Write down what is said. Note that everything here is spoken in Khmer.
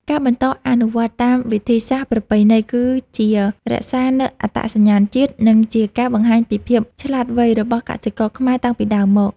ការបន្តអនុវត្តតាមវិធីសាស្ត្រប្រពៃណីគឺជារក្សានូវអត្តសញ្ញាណជាតិ និងជាការបង្ហាញពីភាពឆ្លាតវៃរបស់កសិករខ្មែរតាំងពីដើមមក។